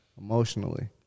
emotionally